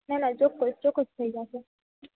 ના ના ચોક્કસ ચોક્કસ થઈ જશે